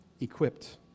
equipped